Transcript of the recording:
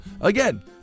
Again